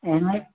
ई नहि